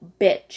bitch